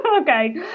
Okay